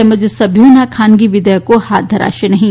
તેમજ સભ્યોના ખાનગી વિધેયકો હાથ ધરાશે નહીં